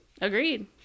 Agreed